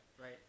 right